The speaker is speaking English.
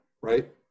right